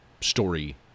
story